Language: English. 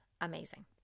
Amazing